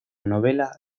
novela